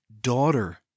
daughter